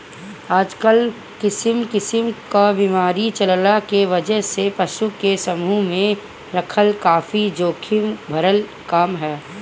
आजकल किसिम किसिम क बीमारी चलला के वजह से पशु के समूह में रखल काफी जोखिम भरल काम ह